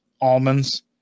almonds